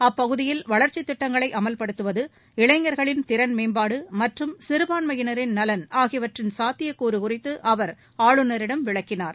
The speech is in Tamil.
அப்பகுதியில் வளர்ச்சி திட்டங்களை அமல்படுத்தவது இளைஞர்களின் திறன் மேம்பாடு மற்றம் சிறுபான்மையினரின் நலன் ஆகியவற்றின் சாத்தியக்கூறு குறித்து அவர் ஆளுநரிடம் விளக்கினார்